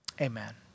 Amen